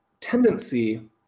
tendency